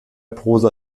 prosa